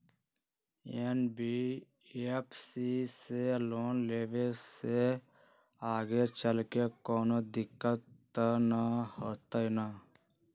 NBFC से loan लेबे से आगेचलके कौनो दिक्कत त न होतई न?